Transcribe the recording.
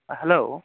hello